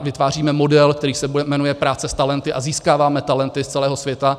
Vytváříme model, který se jmenuje práce s talenty, a získáváme talenty z celého světa.